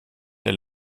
der